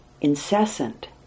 incessant